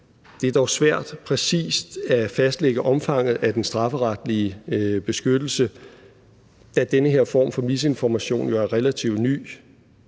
Det er dog svært præcist at fastlægge omfanget af den strafferetlige beskyttelse, da den her form for misinformation jo er relativt ny,